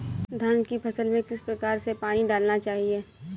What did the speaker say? धान की फसल में किस प्रकार से पानी डालना चाहिए?